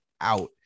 out